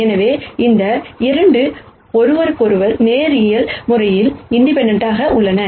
எனவே இந்த 2 ஒருவருக்கொருவர் லீனியர் இண்டிபெண்டெண்ட் உள்ளன